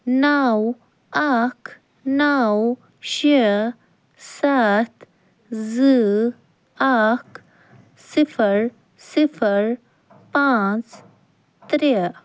نَو اکھ نَو شےٚ سَتھ زٕ اکھ صِفر صِفر پانٛژھ ترٛےٚ